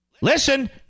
Listen